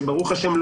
שברוך השם,